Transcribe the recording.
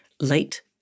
late